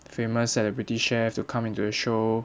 famous celebrity chefs to come into the show